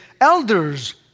elders